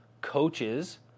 coaches